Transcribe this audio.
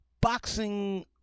boxing